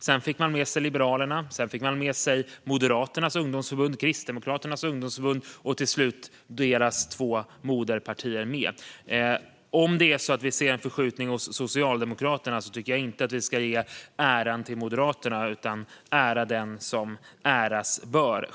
Sedan fick man med sig Liberalerna, sedan fick man med sig Moderaternas ungdomsförbund och Kristdemokraternas ungdomsförbund och till slut fick man med sig deras två moderpartier. Om det är så att vi ser en förskjutning hos Socialdemokraterna tycker jag inte att vi ska ge äran till Moderaterna utan ära den som äras bör.